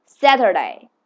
Saturday